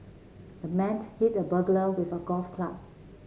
the man hit the burglar with a golf club